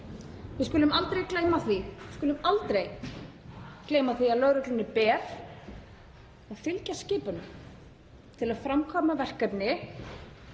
við skulum aldrei gleyma því — að lögreglunni ber að fylgja skipunum til að framkvæma verkefni,